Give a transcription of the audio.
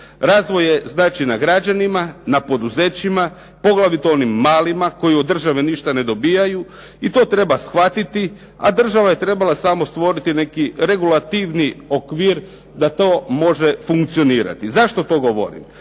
Razvoj je znači na građanima, na poduzećima, poglavito onim malima koji od države ništa ne dobivaju i to treba shvatiti a država je trebala samo stvoriti neki regulatorni oblik da to može funkcionirati. Zašto to govorim?